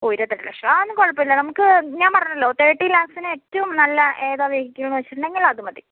ഓ ഇരുപത്തെട്ട് ലക്ഷം അതൊന്നും കുഴപ്പമില്ല നമുക്ക് ഞാൻ പറഞ്ഞല്ലോ തെർട്ടീ ലാക്സിന് ഏറ്റവും നല്ല ഏതാണ് വെഹിക്കിൾ എന്ന് വച്ചിട്ടുണ്ടെങ്കിൽ അതുമതി